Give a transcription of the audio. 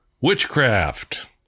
witchcraft